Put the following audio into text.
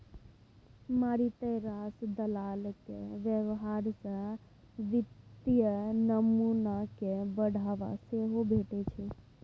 मारिते रास दलालक व्यवहार सँ वित्तीय नमूना कए बढ़ावा सेहो भेटै छै